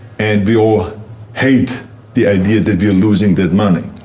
and we all hate the idea that you're losing that money.